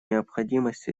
необходимость